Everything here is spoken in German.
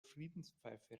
friedenspfeife